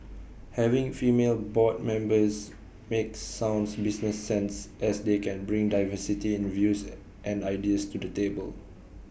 having female board members makes sound business sense as they can bring diversity in views and ideas to the table